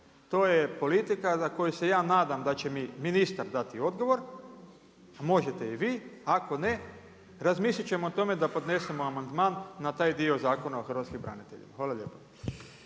To je politika za koju se ja nadam, da će mi ministar dati odgovor, a možete i vi, ako ne, razmisliti ćemo o tome, da podnesemo amandman na taj dio zakona o hrvatskim braniteljima. Hvala lijepo.